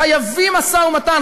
חייבים משא-ומתן,